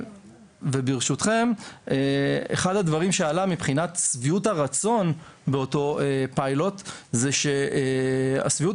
וברשותכם אחד הדברים שעלה מבחינת שביעות הרצון באותו פיילוט זה ששביעות